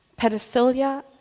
pedophilia